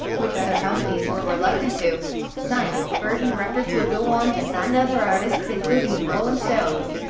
which other companies were reluctant to sign. virgin records would go on to sign other artists including the rolling stones,